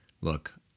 look